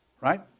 right